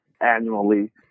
annually